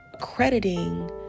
crediting